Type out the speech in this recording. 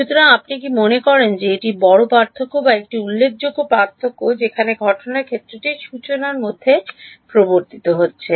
সুতরাং আপনি কি মনে করেন যে এটি বড় পার্থক্য বা একটি উল্লেখযোগ্য পার্থক্য যেখানে ঘটনা ক্ষেত্রটি সূচনার মধ্যে প্রবর্তিত হচ্ছে